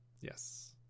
Yes